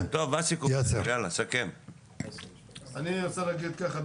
אני רוצה להגיד ככה,